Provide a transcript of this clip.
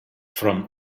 from